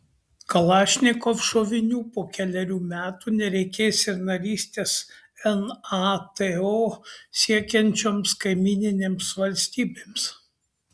kalašnikov šovinių po kelerių metų nereikės ir narystės nato siekiančioms kaimyninėms valstybėms